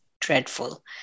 dreadful